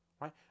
right